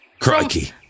Crikey